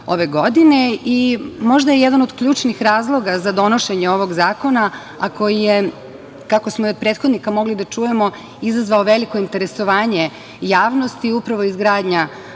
ove godine. Možda je jedan od ključnih razloga za donošenje ovog zakona, a koji je, kako smo i od prethodnika mogli da čujemo, izazvao veliko interesovanje javnosti je upravo izgradnja